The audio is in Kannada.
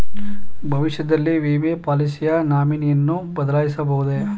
ಭವಿಷ್ಯದಲ್ಲಿ ವಿಮೆ ಪಾಲಿಸಿಯ ನಾಮಿನಿಯನ್ನು ಬದಲಾಯಿಸಬಹುದೇ?